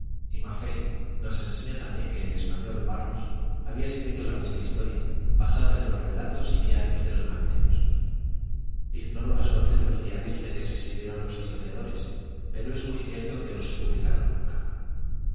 y a fe no se enseña también que el español barros había escrito la misma historia basada en los relatos y diarios de los marineros ignoro la suerte de los diarios de que se sirvieron los historiadores pero es muy cierto que no se publicaron nunca